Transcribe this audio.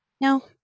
No